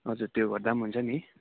हजुर त्यो गर्दा हुन्छ नि